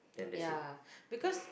ya because